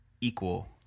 equal